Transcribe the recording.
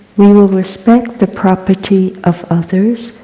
we will respect the property of others,